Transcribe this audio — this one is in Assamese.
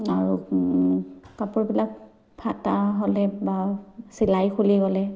আৰু কাপোৰবিলাক ফটা হ'লে বা চিলাই খুলি গ'লে